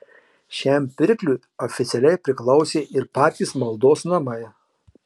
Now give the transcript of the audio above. šiam pirkliui oficialiai priklausė ir patys maldos namai